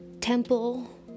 Temple